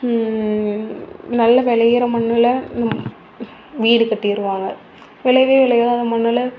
நல்ல விளையுற மண்ணில் நம்ம வீடு கட்டிடுவாங்க விளையவே விளையாத மண்ணில்